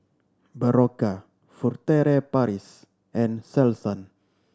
Berocca Furtere Paris and Selsun